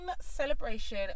celebration